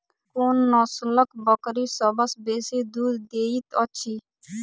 कोन नसलक बकरी सबसँ बेसी दूध देइत अछि?